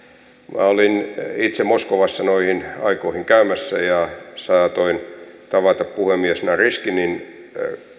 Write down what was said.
minä olin itse moskovassa noihin aikoihin käymässä ja saatoin tavata puhemies naryskinin